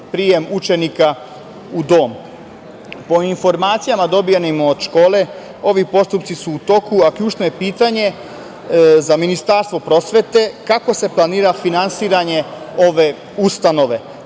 prijem učenika u dom. Po informacijama dobijenim od škole, ovi postupci su u toku, a ključno je pitanje za Ministarstvo prosvete kako se planira finansiranje ove ustanove?